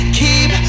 keep